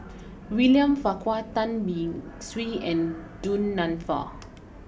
William Farquhar Tan Beng Swee and Du Nanfa